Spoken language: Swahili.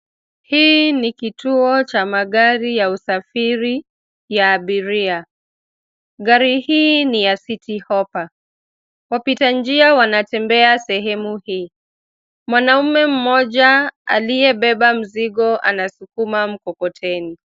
Hii ni kituo cha magari ya usafiri ya abiria. Gari hii ni ya City Hoppa. Wapita njia wanatembea sehemu hii. Mwanaume mmoja aliyebeba mzigo anasukuma mkokoteni.